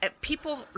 People